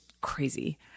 crazy